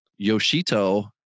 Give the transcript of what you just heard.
Yoshito